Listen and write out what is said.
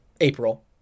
April